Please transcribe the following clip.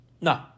No